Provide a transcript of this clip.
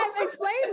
explain